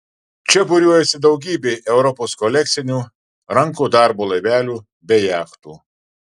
čia būriuojasi daugybė europos kolekcinių rankų darbo laivelių bei jachtų